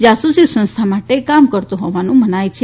જાસૂસી સંસ્થા માટે કામ કરતો હોવાનું મનાય છે